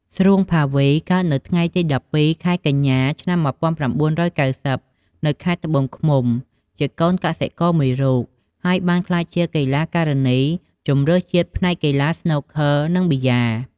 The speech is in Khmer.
ស្រួង ភាវី កើតនៅថ្ងៃទី ១២ ខែកញ្ញា ឆ្នាំ ១៩៩០ នៅខេត្តត្បូងឃ្មុំ ជាកូនកសិករមួយរូប ហើយបានក្លាយជាកីឡាការិនីជម្រើសជាតិផ្នែកកីឡាស្នូកឃ័រនិងប៊ីយ៉ា។